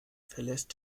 verlässt